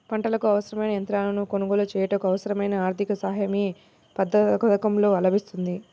పంటకు అవసరమైన యంత్రాలను కొనగోలు చేయుటకు, అవసరమైన ఆర్థిక సాయం యే పథకంలో లభిస్తుంది?